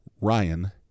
ryan